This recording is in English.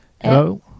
Hello